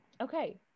okay